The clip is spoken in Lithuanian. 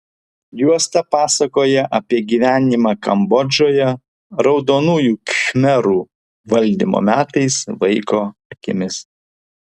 juosta pasakoja apie gyvenimą kambodžoje raudonųjų khmerų valdymo metais vaiko akimis